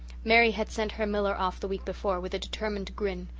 mary had sent her miller off the week before, with a determined grin,